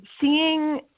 seeing